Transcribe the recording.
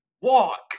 walk